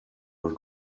are